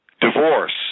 Divorce